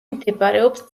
მდებარეობს